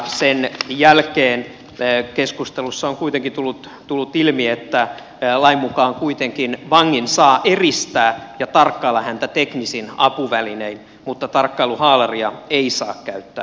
sen jälkeen keskustelussa on kuitenkin tullut ilmi että lain mukaan kuitenkin vangin saa eristää ja tarkkailla häntä teknisin apuvälinein mutta tarkkailuhaalaria ei saa käyttää